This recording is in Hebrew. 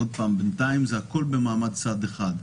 עוד פעם, בינתיים זה הכול במעמד צד אחד.